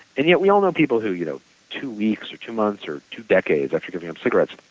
and yet we all know people who, you know two weeks or two months or two decades after giving up cigarettes,